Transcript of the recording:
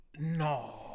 No